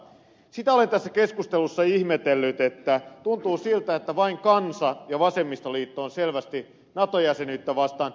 sitä olen tässä keskustelussa ihmetellyt että tuntuu siltä että vain kansa ja vasemmistoliitto ovat selvästi nato jäsenyyttä vastaan